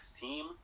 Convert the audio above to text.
team